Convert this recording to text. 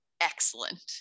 excellent